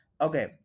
Okay